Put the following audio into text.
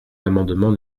l’amendement